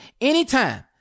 anytime